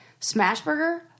Smashburger